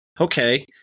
okay